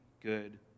good